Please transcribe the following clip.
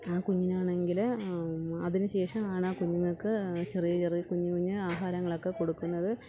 ആ കുഞ്ഞിന് ആണെങ്കിൽ അതിനു ശേഷം ആണ് ആ കുഞ്ഞുങ്ങക്ക് ചെറിയ ചെറിയ കുഞ്ഞു കുഞ്ഞു ആഹാരങ്ങൾ ഒക്കെ കൊടുക്കുന്നത്